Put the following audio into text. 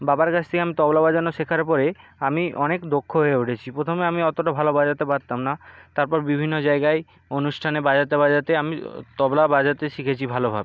বাবার কাছ থেকে আমি তবলা বাজানো শেখার পরে আমি অনেক দক্ষ হয়ে উঠেছি প্রথমে আমি অতোটা ভালো বাজাতে পারতাম না তারপর বিভিন্ন জায়গায় অনুষ্ঠানে বাজাতে বাজাতে আমি তবলা বাজাতে শিখেছি ভালোভাবে